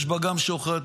יש בה גם שוחד,